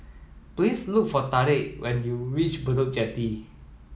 please look for Tarik when you reach Bedok Jetty